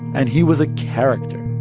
and he was a character,